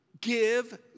give